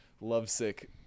lovesick